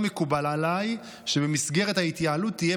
לא מקובל עליי שבמסגרת ההתייעלות תהיה